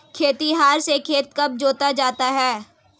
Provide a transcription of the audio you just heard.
खेतिहर से खेत कब जोता जाता है?